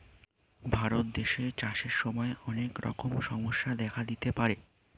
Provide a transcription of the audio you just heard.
ভারত দেশে চাষের সময় অনেক রকমের সমস্যা দেখা দিতে পারে